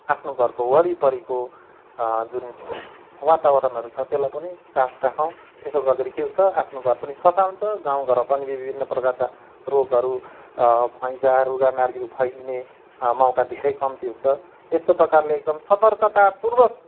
आफ्नो घरको वरिपरिको जुन वातावरणहरू छ त्यसलाई पनि साफ राखौँ त्यसो गर्दाखेरि के हुन्छ आफ्नो घर पनि सफा हुन्छ गाउँघरमा पनि विभिन्न प्रकारका रोगहरू हैजा रुगामार्गीहरू फैलिने मौका धेरै कम्ती हुन्छ यस्तो प्रकारले एकदम सतर्कतापूर्वक